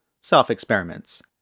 self-experiments